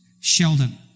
Sheldon